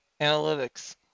analytics